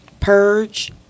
Purge